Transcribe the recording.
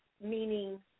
meaning